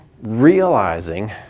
realizing